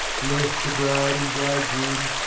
bless the bride and bridegroom,